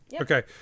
okay